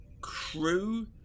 crew